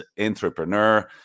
entrepreneur